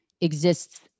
exists